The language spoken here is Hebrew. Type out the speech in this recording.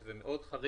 שזה מאוד חריג,